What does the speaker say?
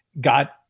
got